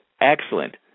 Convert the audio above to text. excellent